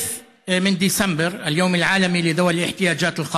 3 בדצמבר, היום העולמי לאנשים עם צרכים מיוחדים,